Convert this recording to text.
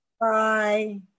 bye